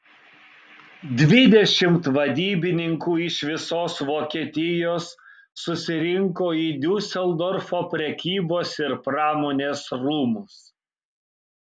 dvidešimt vadybininkų iš visos vokietijos susirinko į diuseldorfo prekybos ir pramonės rūmus